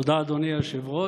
תודה, אדוני היושב-ראש.